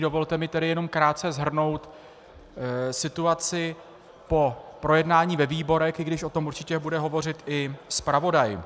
Dovolte mi tedy jen krátce shrnout situaci po projednání ve výborech, i když o tom určitě bude hovořit i zpravodaj.